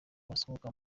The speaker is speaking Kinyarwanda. basohoka